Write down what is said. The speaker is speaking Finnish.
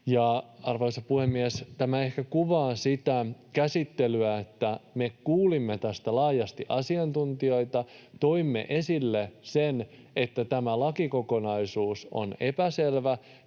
arvoisa puhemies, tämä ehkä kuvaa sitä käsittelyä, että me kuulimme tästä laajasti asiantuntijoita ja toimme esille sen, että tämä lakikokonaisuus on epäselvä.